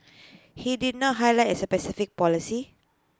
he did not highlight A specific policy